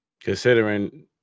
considering